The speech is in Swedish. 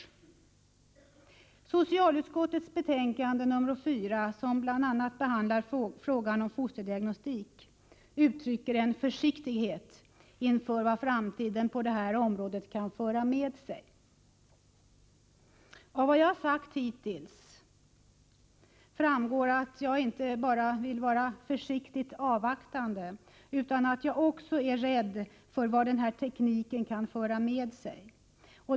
I socialutskottets betänkande 4, som behandlar bl.a. frågan om fosterdiagnostik, uttrycker man en försiktighet inför vad framtiden kan föra med sig på detta område. Av vad jag sagt hittills framgår att jag inte bara vill vara försiktigt avvaktande utan att jag också är rädd för vad denna teknik kan föra med sig.